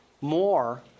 more